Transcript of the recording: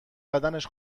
بدنش